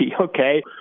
okay